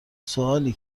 سوالی